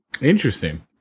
Interesting